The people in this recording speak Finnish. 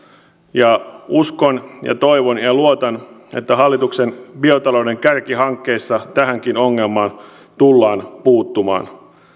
ja uskon ja toivon ja luotan että hallituksen biotalouden kärkihankkeessa tähänkin ongelmaan tullaan puuttumaan